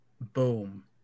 Boom